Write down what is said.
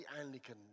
Anglican